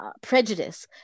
prejudice